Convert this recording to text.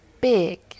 big